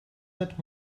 that